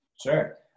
Sure